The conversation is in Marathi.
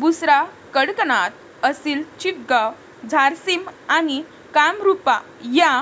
बुसरा, कडकनाथ, असिल चितगाव, झारसिम आणि कामरूपा या